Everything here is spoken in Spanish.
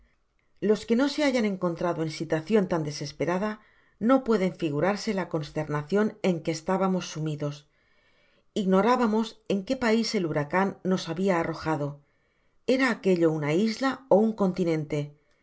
los que no se hayan encontrado en situacion tan desesperada no pueden figurarse la consternacion en que estábamos sumidos ignorábamos en que pais el huracan nos habia arrojado era aquello una isla ó un continente